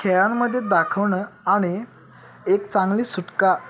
खेळांमध्ये दाखवणं आणि एक चांगली सुटका